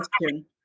question